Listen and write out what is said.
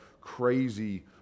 crazy